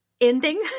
ending